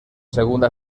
segunda